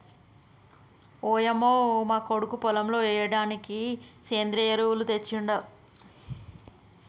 ఓయంమో మా కొడుకు పొలంలో ఎయ్యిడానికి సెంద్రియ ఎరువులు తెచ్చాడు